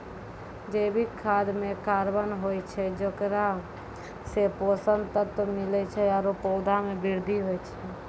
जैविक खाद म कार्बन होय छै जेकरा सें पोषक तत्व मिलै छै आरु पौधा म वृद्धि होय छै